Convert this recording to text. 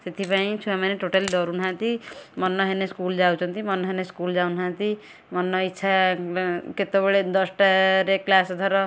ସେଥିପାଇଁ ଛୁଆମାନେ ଟୋଟାଲି ଡରୁନାହାଁନ୍ତି ମନ ହେନେ ସ୍କୁଲ୍ ଯାଉଛନ୍ତି ମନ ହେନେ ସ୍କୁଲ୍ ଯାଉନାହାଁନ୍ତି ମନ ଇଚ୍ଛା କେତେବେଳେ ଦଶଟାରେ କ୍ଲାସ୍ ଧର